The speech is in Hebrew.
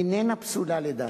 איננה פסולה, לדעתי.